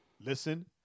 listen